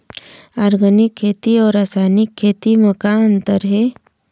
Organic खेती अउ रासायनिक खेती म का अंतर हे?